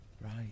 Right